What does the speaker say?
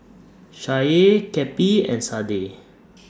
Shae Cappie and Sadye